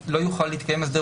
איך אפשר להכיל את זה.